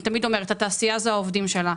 התעשייה זה העובדים שלה.